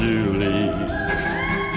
Julie